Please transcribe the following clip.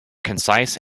concise